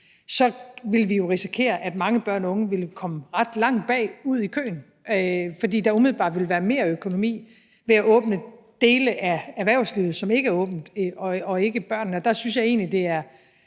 ville vi jo risikere, at mange børn og unge ville komme ret langt bagud i køen, fordi der umiddelbart ville være mere økonomi ved at åbne dele af erhvervslivet, som ikke er åbent, og ikke børnene. Og der synes jeg egentlig, at det